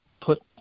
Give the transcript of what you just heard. put